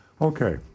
Okay